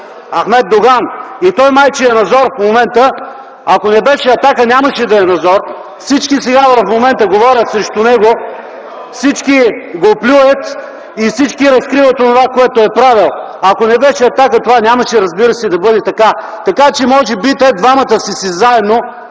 от ДПС.) Той май е на зор в момента, ако не беше „Атака”, нямаше да е на зор. Всички сега в момента говорят срещу него, всички го плюят и всички разкриват онова, което е правил. Ако не беше „Атака”, това нямаше, разбира се, да бъде така. (Реплики от КБ.) Може би те двамата са си заедно